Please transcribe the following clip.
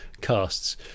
casts